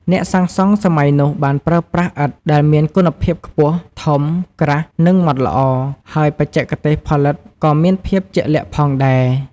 អ្នកសាងសង់សម័យនោះបានប្រើប្រាស់ឥដ្ឋដែលមានគុណភាពខ្ពស់ ធំ ក្រាស់ និងម៉ដ្ឋល្អ ហើយបច្ចេកទេសផលិតក៏មានភាពជាក់លាក់ផងដែរ។